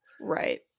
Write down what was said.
right